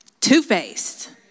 Two-faced